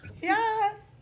Yes